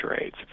rates